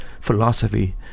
philosophy